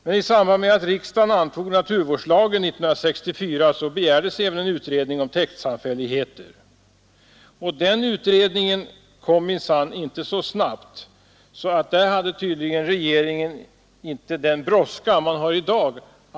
Men i samband med att riksdagen antog naturvårdslagen 1964 begärdes en utredning om täktsamfälligheter, och den utredningen kom minsann inte så snabbt, så där hade tydligen regeringen inte samma brådska som den har i dag.